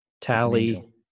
Tally